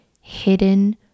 hidden